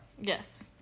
Yes